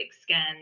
scan